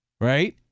right